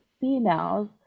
females